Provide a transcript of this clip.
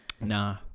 Nah